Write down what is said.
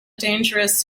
dangerous